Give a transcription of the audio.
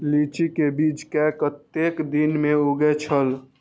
लीची के बीज कै कतेक दिन में उगे छल?